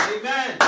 Amen